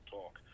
talk